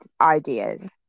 ideas